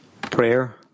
Prayer